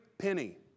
penny